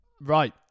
Right